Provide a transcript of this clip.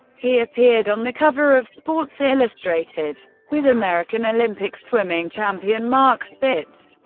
he appeared on the cover of sports illustrated with american olympic swimming champion mark spitz.